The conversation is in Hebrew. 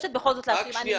מבקשת בכל זאת להתייחס.